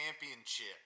championship